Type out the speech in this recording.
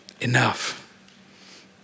enough